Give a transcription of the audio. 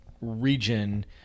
region